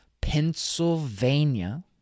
Pennsylvania